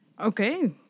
Okay